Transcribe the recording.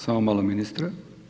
Samo malo ministre.